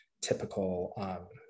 typical